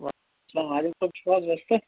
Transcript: سر عادل صٲب چھِو گرِ پیٚٹھ